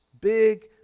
big